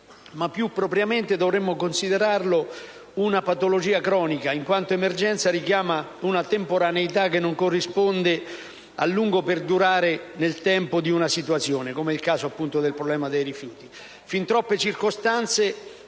Più propriamente dovremmo considerarlo una patologia cronica, in quanto emergenza richiama una temporaneità che non corrisponde al lungo perdurare nel tempo di una situazione, come nel caso del problema dei rifiuti.